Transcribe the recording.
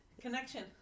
Connection